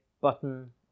button